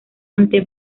ante